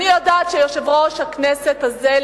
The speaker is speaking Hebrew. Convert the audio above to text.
אני יודעת שיושב-ראש הכנסת הזה,